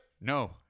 no